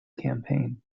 campaign